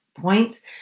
points